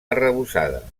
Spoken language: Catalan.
arrebossada